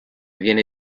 viene